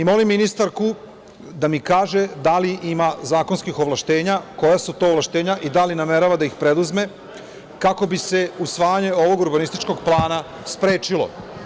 Molim ministarku da mi kaže da li ima zakonskih ovlašćenja, koja su to ovlašćenja i da li namerava da ih preduzme, kako bi se usvajanje ovog urbanističkog plana sprečilo?